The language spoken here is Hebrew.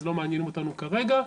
אז זה לא מעניין אותנו כרגע.